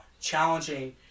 challenging